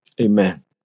amen